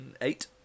Eight